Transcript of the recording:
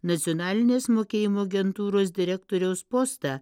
nacionalinės mokėjimų agentūros direktoriaus postą